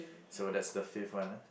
so that's the the fifth one ah